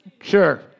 Sure